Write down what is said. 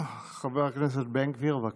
חבר הכנסת בן גביר, בבקשה.